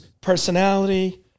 personality